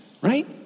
Right